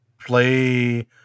play